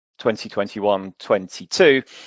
2021-22